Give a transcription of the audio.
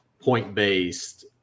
point-based